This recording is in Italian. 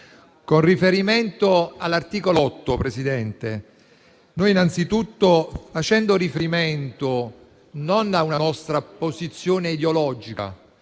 Con riferimento all'articolo 8, facendo riferimento non a una nostra posizione ideologica,